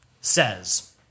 says